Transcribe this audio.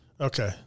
Okay